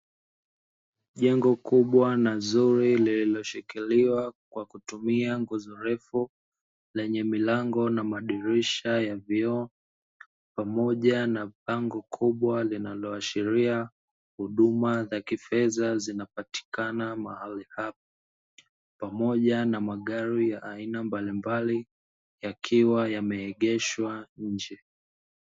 Jengo kubwa na zuri lililoshikiliwa kwa kutumia nguzo refu, lenye milango na madirisha ya vioo, pamoja na bango kubwa linaloashiria huduma za kifedha zinapatikana mahali hapa. Pamoja na magari ya aina mbalimbali, yakiwa yameegeshwa nje.